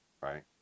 Right